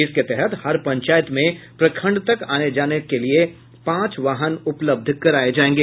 इसके तहत हर पंचायत में प्रखंड तक आने जाने तक के लिए पांच वाहन उपलब्ध कराये जायेंगे